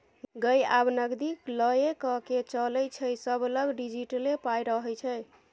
गै आब नगदी लए कए के चलै छै सभलग डिजिटले पाइ रहय छै